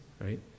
right